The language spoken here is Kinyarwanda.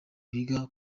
biga